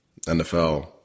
NFL